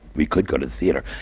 we could go to the theatre.